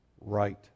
right